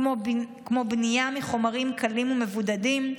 כמו בנייה מחומרים קלים ומבודדים,